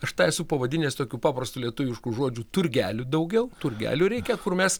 aš tą esu pavadinęs tokiu paprastu lietuvišku žodžiu turgelių daugiau turgelių reikia kur mes